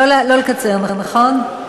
לא לקצר, נכון?